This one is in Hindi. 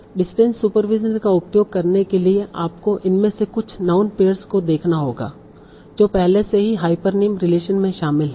डिस्टेंट सुपरविज़न का उपयोग करने के लिए आपको इनमें से कुछ नाउन पेयर्स को देखना होगा जो पहले से ही हाइपरनीम रिलेशन में शामिल हैं